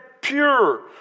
pure